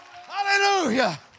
hallelujah